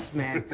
man,